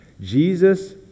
Jesus